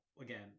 again